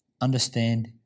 understand